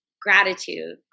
Gratitude